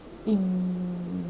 in